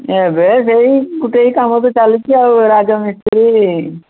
ଏବେ ସେଇ ଗୋଟିଏ କାମ ତ ଚାଲିଛି ଆଉ ରାଜମିସ୍ତ୍ରୀ